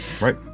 Right